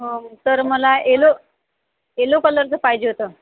हो तर मला एलो एलो कलरचं पाहिजे होतं